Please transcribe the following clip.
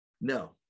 no